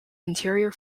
interior